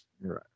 Right